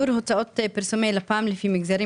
שיעור הוצאות פרסומי לפ"ם לפי מגזרים